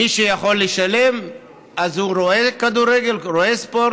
מי שיכול לשלם רואה כדורגל, רואה ספורט.